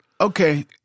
Okay